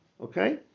okay